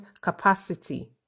capacity